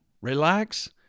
Relax